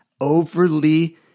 overly